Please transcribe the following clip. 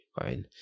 right